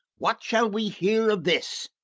what shall we hear of this?